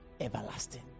everlasting